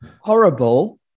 Horrible